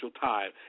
time